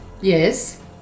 Yes